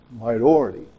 minority